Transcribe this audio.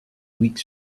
weeks